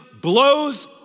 blows